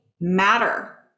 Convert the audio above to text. matter